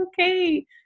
okay